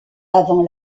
avant